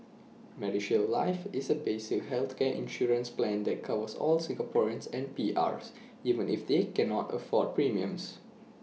medishield life is A basic healthcare insurance plan that covers all Singaporeans and P Rs even if they cannot afford premiums